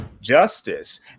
justice